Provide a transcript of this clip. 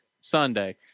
Sunday